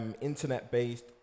internet-based